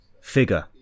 figure